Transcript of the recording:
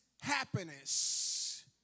happiness